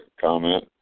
comment